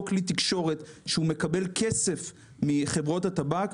כלי תקשורת שמקבל כסף מחברות הטבק,